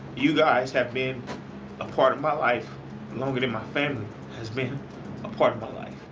you guys have been a part of my life longer than my family has been a part of my life